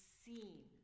seen